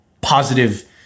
positive